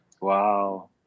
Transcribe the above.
Wow